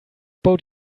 boat